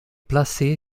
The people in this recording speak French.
placé